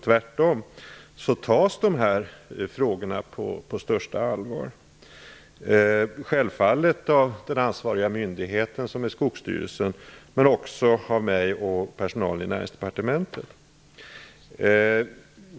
Tvärtom tas dessa frågor på största allvar - självfallet av den ansvariga myndigheten, som är Skogsstyrelsen, men också av mig och personalen i Näringsdepartementet.